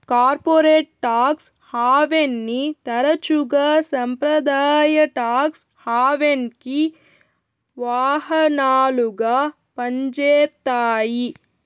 corporate tax హావెన్ని తరచుగా సంప్రదాయ టాక్స్ హావెన్కి వాహనాలుగా పంజేత్తాయి